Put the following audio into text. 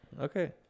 Okay